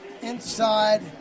inside